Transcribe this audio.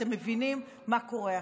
אתם מבינים מה קורה עכשיו.